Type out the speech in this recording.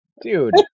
Dude